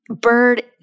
Bird